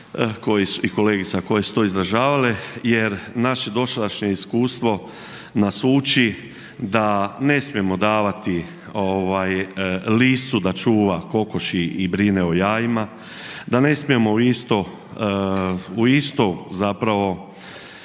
i kolegica koje su to izražavale jer naše dosadašnje iskustvo nas uči da ne smijemo davati ovaj liscu da čuva kokoši i brine o jajima, da ne smijemo isto u